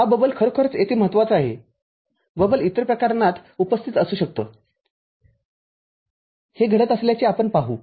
हा बबल खरोखर येथे महत्वाचा आहे बबल इतर प्रकरणात उपस्थित असू शकतो हे घडत असल्याचे आपण पाहू